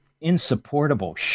insupportable